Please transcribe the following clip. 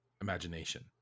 imagination